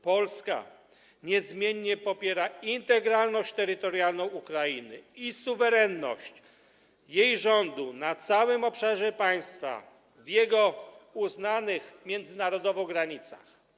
Polska niezmiennie popiera integralność terytorialną Ukrainy i suwerenność jej rządu na całym obszarze państwa w jego uznanych międzynarodowo granicach.